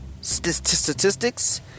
Statistics